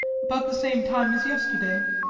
about the same time as yesterday,